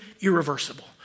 irreversible